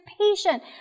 patient